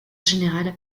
général